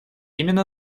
именно